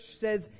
says